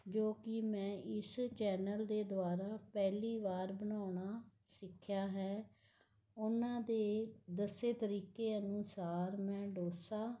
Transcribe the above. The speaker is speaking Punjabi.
ਜੋ ਕਿ ਮੈਂ ਇਸ ਚੈਨਲ ਦੇ ਦੁਆਰਾ ਪਹਿਲੀ ਵਾਰ ਬਣਾਉਣਾ ਸਿੱਖਿਆ ਹੈ ਉਹਨਾਂ ਦੇ ਦੱਸੇ ਤਰੀਕੇ ਅਨੁਸਾਰ ਮੈਂ ਡੋਸਾ